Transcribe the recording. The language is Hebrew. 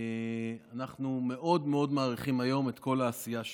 אנחנו מאוד מעריכים היום את כל העשייה שלכם.